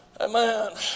Amen